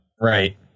Right